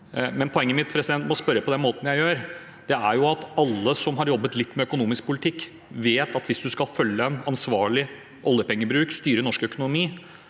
den måten jeg gjør, er at alle som har jobbet litt med økonomisk politikk, vet at hvis du skal følge en ansvarlig oljepengebruk, styre norsk økonomi,